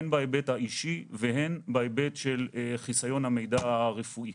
הן בהיבט האישי והן בהיבט של חיסיון המידע הרפואי.